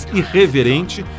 irreverente